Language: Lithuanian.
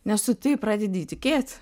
nes tu taip pradedi įtikėt